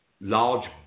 large